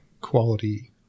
quality